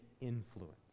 influence